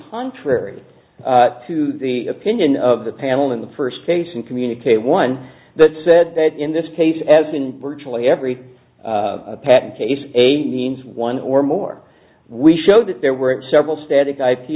contrary to the opinion of the panel in the first case and communicate one that said that in this case as in virtually every patent case a means one or more we showed that there were several static i